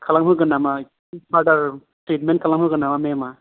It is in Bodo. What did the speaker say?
खालाम होगोन नामा फारदार ट्रिटमेन्ट खालाम होगोन नामा मेम आ